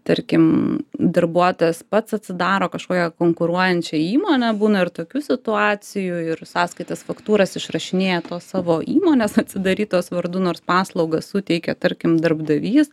tarkim darbuotojas pats atsidaro kažkokią konkuruojančią įmonę būna ir tokių situacijų ir sąskaitas faktūras išrašinėja tos savo įmonės atsidarytos vardu nors paslaugas suteikė tarkim darbdavys